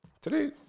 Today